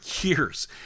years